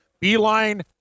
Beeline